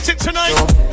tonight